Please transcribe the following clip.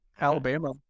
Alabama